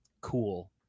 Cool